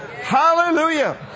Hallelujah